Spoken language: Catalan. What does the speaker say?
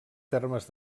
termes